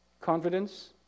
confidence